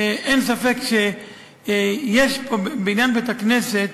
אין ספק שפה, בעניין בית-הכנסת,